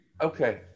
Okay